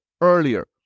earlier